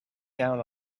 down